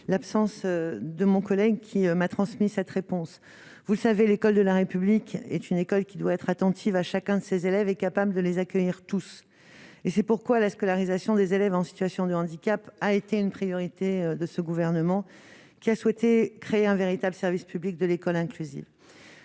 l'absence de mon collègue, qui m'a transmis cette réponse, vous le savez, l'école de la République est une école qui doit être attentive à chacun de ses élèves et capable de les accueillir tous et c'est pourquoi la scolarisation des élèves en situation de handicap a été une priorité de ce gouvernement qui a souhaité créer un véritable service public de l'école inclusive